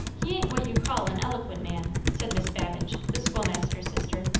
he ain't what you call an eloquent man, said miss babbage, the schoolmaster's sister.